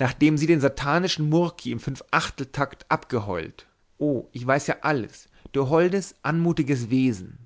nachdem sie den satanischen murki im fünfachteltakt abgeheult o ich weiß ja alles du holdes anmutiges wesen